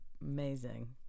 amazing